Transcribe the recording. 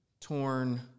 torn